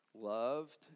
loved